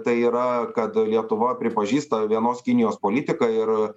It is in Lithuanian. tai yra kad lietuva pripažįsta vienos kinijos politiką ir